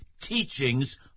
teachings